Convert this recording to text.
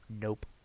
Nope